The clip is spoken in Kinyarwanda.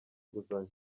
inguzanyo